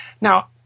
now